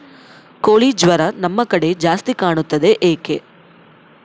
ಕೋಳಿ ಜ್ವರ ನಮ್ಮ ಕಡೆ ಜಾಸ್ತಿ ಕಾಣುತ್ತದೆ ಏಕೆ?